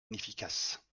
inefficace